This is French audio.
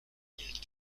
mille